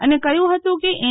અને કહ્યું હતું કે એન